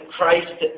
Christ